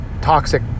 toxic